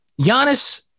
Giannis